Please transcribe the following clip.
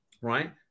right